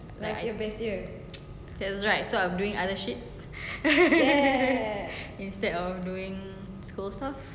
like I that was right so I am doing other shits instead of doing school stuff